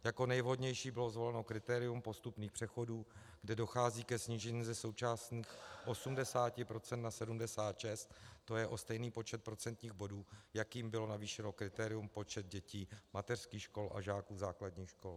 Jako nejvhodnější bylo zvoleno kritérium postupných přechodů, kde dochází ke snížení ze současných 80 % na 76, to je o stejný počet procentních bodů, jakým bylo navýšeno kritérium počet dětí mateřských škol a žáků základních škol.